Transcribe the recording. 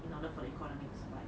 in order for the economy to survive